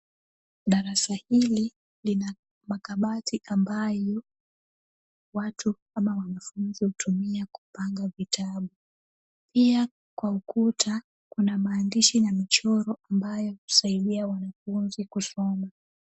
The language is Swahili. Darasa hili lina makabati ambayo watu ama wanafunzi hutumia kupanga vitabu. Pia kwa ukuta kuna maandishi na michoro ambayo husaidia wanafunzi kusoma.